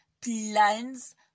plans